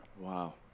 Wow